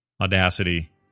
Audacity